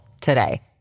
today